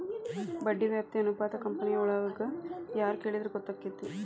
ಬಡ್ಡಿ ವ್ಯಾಪ್ತಿ ಅನುಪಾತಾ ಕಂಪನಿಯೊಳಗ್ ಯಾರ್ ಕೆಳಿದ್ರ ಗೊತ್ತಕ್ಕೆತಿ?